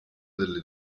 delle